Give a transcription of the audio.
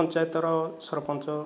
ପଞ୍ଚାୟତର ସରପଞ୍ଚ